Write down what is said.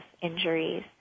injuries